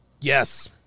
Yes